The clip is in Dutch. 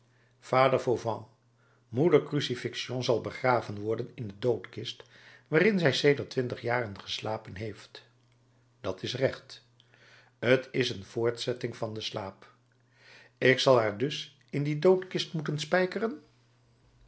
vader fauvent moeder crucifixion zal begraven worden in de doodkist waarin zij sedert twintig jaren geslapen heeft dat is recht t is een voortzetting van den slaap ik zal haar dus in die doodkist moeten spijkeren